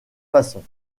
façons